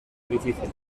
difícil